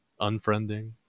unfriending